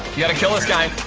you gotta kill this guy.